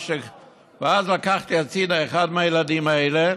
ואז לקחתי הצידה אחד מהילדים האלה,